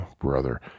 brother